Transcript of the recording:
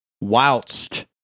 whilst